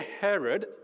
Herod